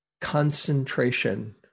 concentration